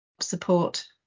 support